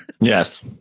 Yes